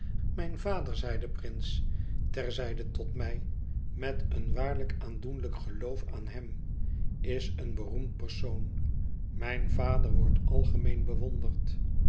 mijn vader zeide prince ter zijde tot mij met een waarlijk aandoenlijk geloof aan hem is een beroemd persoon mijn vader wordt algemeen bewonderd